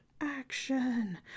action